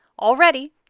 Already